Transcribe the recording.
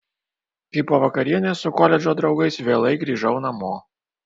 kai po vakarienės su koledžo draugais vėlai grįžau namo